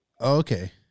okay